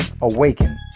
awaken